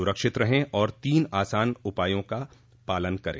सुरक्षित रहें और तीन आसान उपायों का पालन करें